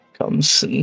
comes